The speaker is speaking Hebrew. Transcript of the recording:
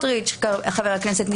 חבר הכנסת סמוטריץ',